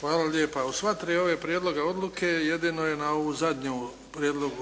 Hvala lijepa. U sva tri ova prijedloga odluke jedino je na ovu zadnju Prijedlog